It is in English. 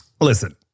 Listen